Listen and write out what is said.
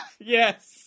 yes